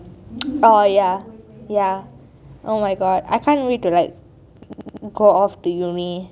oh ya ya ya oh my god I can't wait to like go off to uni